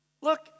look